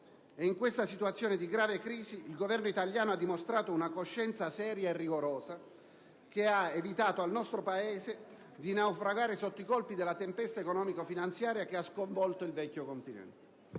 in questa situazione di grave crisi, il Governo italiano ha dimostrato una coscienza seria e rigorosa che ha evitato al nostro Paese di naufragare sotto i colpi della tempesta economico-finanziaria che ha sconvolto il vecchio continente.